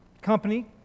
company